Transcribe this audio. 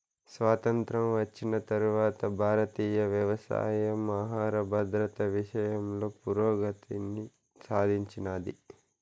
స్వాతంత్ర్యం వచ్చిన తరవాత భారతీయ వ్యవసాయం ఆహర భద్రత విషయంలో పురోగతిని సాధించినాది